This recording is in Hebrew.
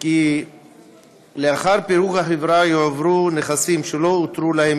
כי לאחר פירוק החברה יועברו נכסים שלא אותרו להם